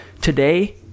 today